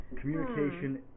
Communication